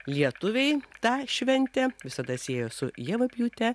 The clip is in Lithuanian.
lietuviai tą šventę visada siejo su javapjūte